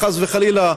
חס וחלילה,